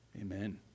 Amen